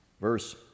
Verse